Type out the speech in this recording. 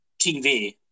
TV